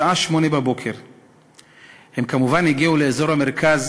בשעה 08:00. הם כמובן הגיעו לאזור המרכז